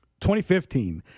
2015